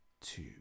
two